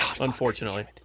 Unfortunately